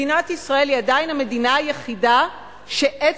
מדינת ישראל היא עדיין המדינה היחידה שעצם